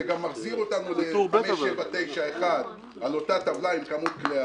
זה גם מחזיר אותנו ל-579(1) על אותה טבלה עם כמות בלי הרכב.